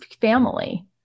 family